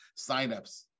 signups